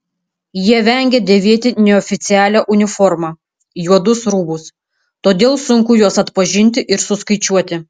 jie vengia dėvėti neoficialią uniformą juodus rūbus todėl sunku juos atpažinti ir suskaičiuoti